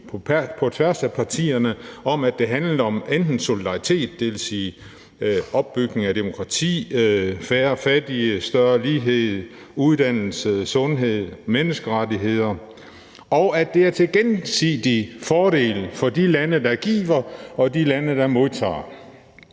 på tværs af partier været enige om, at det handlede om solidaritet, det vil sige opbygning af demokrati, færre fattige, større lighed, uddannelse, sundhed, menneskerettigheder, og at det er til gensidig fordel for de lande, der giver, og de lande, der modtager.